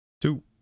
Two